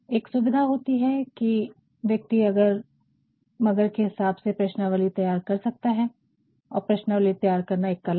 एक सुविधा होती है कि व्यक्ति अगर मगर के हिसाब से प्रश्नावली तैयार कर सकता है और प्रश्नावली तैयार करना एक कला है